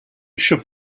should